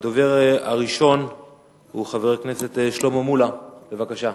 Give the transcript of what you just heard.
הדובר הראשון הוא חבר הכנסת שלמה מולה, בבקשה.